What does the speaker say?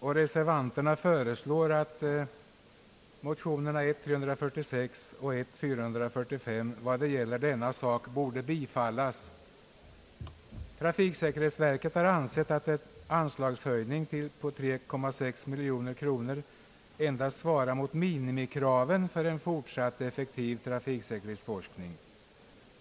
Reservanterna föreslår att motionerna 1I:346 och II:445 i vad det gäller denna sak bifalles. Trafiksäkerhetsverket har ansett att en anslagshöjning till 3,6 miljoner kronor endast svarar mot minimikraven för en fortsatt effektiv trafiksäkerhetsforskning.